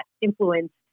influenced